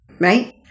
right